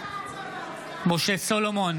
משה סולומון,